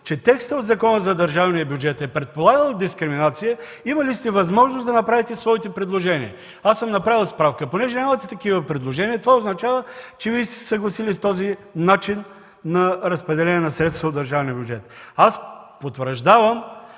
че текстът от Закона за държавния бюджет е предполагал дискриминация, имали сте възможност да направите своите предложения. Аз съм направил справка – понеже нямате такива предложения, това означава, че сте се съгласили с този начин на разпределение на средствата от държавния бюджет. Аз потвърждавам